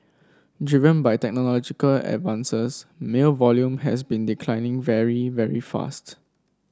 driven by technological advances mail volume has been declining very very fast